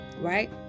right